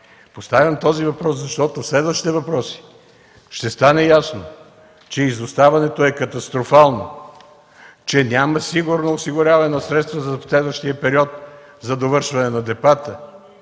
Поставям този въпрос, защото в следващите въпроси ще стане ясно, че изоставането е катастрофално, че няма сигурно осигуряване на средства за следващия период – за довършване на депата.